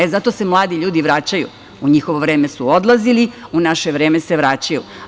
E, zato se mladi ljudi vraćaju, u njihovo vreme su odlazili, u naše vreme se vraćaju.